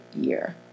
year